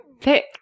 pick